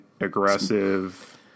aggressive